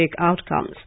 outcomes